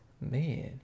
Man